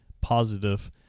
positive